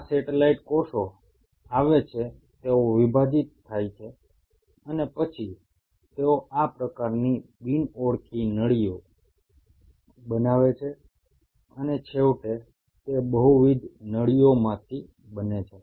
આ સેટેલાઇટ કોષો આવે છે તેઓ વિભાજીત થાય છે અને પછી તેઓ આ પ્રકારની બિન ઓળખી નળીઓ બનાવે છે અને છેવટે તે બહુવિધ નળીઓમાંથી બને છે